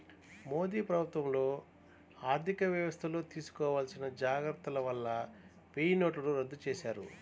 మోదీ ప్రభుత్వంలో ఆర్ధికవ్యవస్థల్లో తీసుకోవాల్సిన జాగర్తల వల్ల వెయ్యినోట్లను రద్దు చేశారు